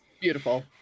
Beautiful